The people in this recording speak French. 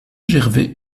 gervais